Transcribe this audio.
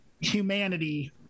humanity